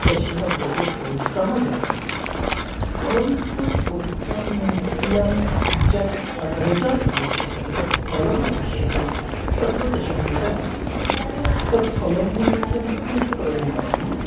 तस्य बहु परिश्रमः जायते परन्तु परिश्रमं निमित्तं यत् रेजल्ट् आवश्यकं चेत् फलम् आवश्यकं तत्तु तेषां कृते नास्ति तत् फलं निमित्तं किं करणीयं